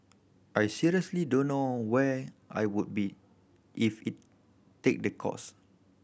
I seriously don't know where I would be if it take the course